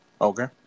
Okay